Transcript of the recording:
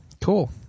Cool